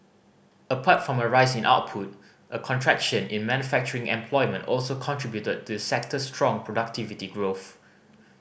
apart from a rise in output a contraction in manufacturing employment also contributed to the sector's strong productivity growth